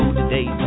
today